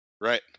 Right